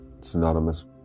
synonymous